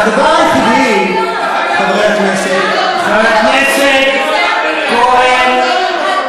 הדבר היחידי, חברי הכנסת, חבר הכנסת כהן.